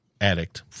addict